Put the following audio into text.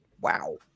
Wow